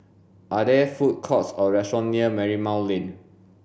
are there food courts or restaurants near Marymount Lane